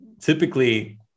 typically